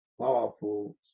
powerful